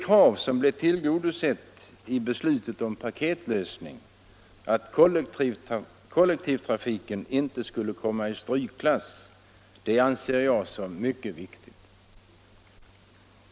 Kravet att kollektivtrafiken inte skall hamna i strykklass, vilket blev tillgodosett i beslutet om paketlösningen, anser jag vara mycket viktigt.